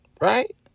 Right